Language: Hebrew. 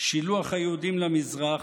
שילוח היהודים למזרח,